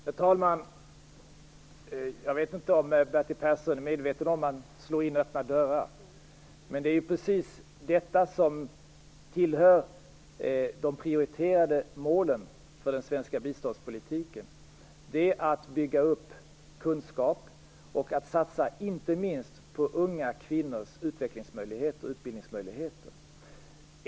Herr talman! Jag vet inte om Bertil Persson är medveten om att han slår in öppna dörrar. Det här tillhör de prioriterade målen för den svenska biståndspolitiken. Det handlar om att bygga upp kunskap och att satsa inte minst på unga kvinnors utvecklings och utbildningsmöjligheter.